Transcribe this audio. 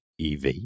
EV